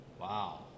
wow